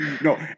No